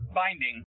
binding